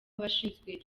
abashinzwe